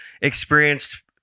experienced